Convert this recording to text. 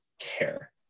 care